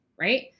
right